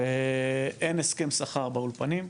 ואין הסכם שכר באולפנים.